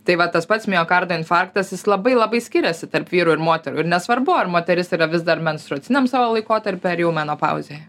tai va tas pats miokardo infarktas jis labai labai skiriasi tarp vyrų ir moterų ir nesvarbu ar moteris yra vis dar menstruaciniam savo laikotarpy ar jau menopauzėje